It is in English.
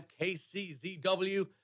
KCZW